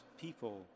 people